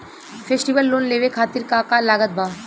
Festival loan लेवे खातिर का का लागत बा?